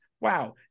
wow